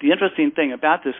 the interesting thing about this